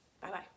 Bye-bye